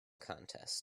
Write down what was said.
contest